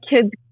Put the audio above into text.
kids